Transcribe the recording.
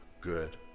good